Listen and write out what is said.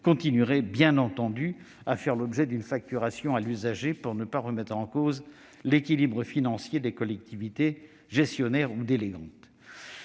continuerait bien entendu à faire l'objet d'une facturation à l'usager, pour ne pas remettre en cause l'équilibre financier des collectivités gestionnaires ou délégantes.